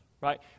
right